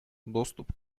доступ